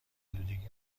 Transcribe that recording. آلودگی